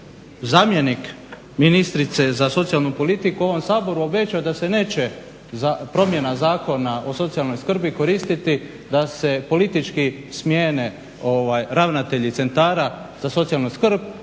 zamjenik ministrice za socijalnu politiku u ovom Saboru obećao da se neće promjena Zakona o socijalnoj skrbi koristiti da se politički smjene ravnatelji centara za socijalnu skrb.